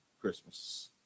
Christmas